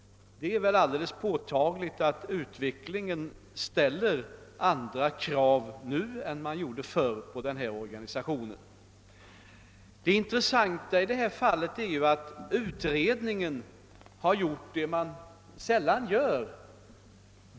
Det är väl alldeles påtagligt att utvecklingen ställer andra krav nu än tidigare på denna organisation. Det intressanta i det här fallet är ju att utredningen har gjort något som utredningar sällan gör.